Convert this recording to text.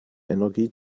energie